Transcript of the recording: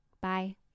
Bye